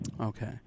Okay